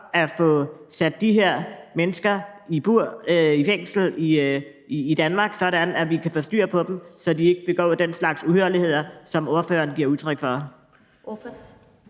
at få sat de her mennesker i bur, i fængsel, i Danmark, sådan at vi kan få styr på dem, så de ikke begår den slags uhyrligheder, som ordføreren giver udtryk for?